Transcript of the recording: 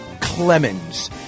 Clemens